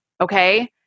okay